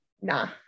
nah